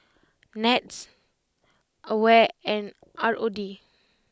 Nets Aware and R O D